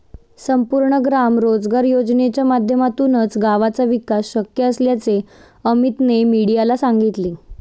संपूर्ण ग्राम रोजगार योजनेच्या माध्यमातूनच गावाचा विकास शक्य असल्याचे अमीतने मीडियाला सांगितले